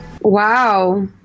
Wow